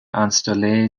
installé